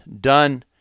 done